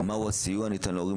מה הוא הסיוע הניתן להורים,